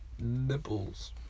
Nipples